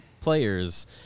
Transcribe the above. players